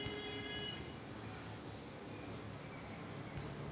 द्विदल धान्याच्या पिकाच्या वाढीसाठी यूरिया ची गरज रायते का?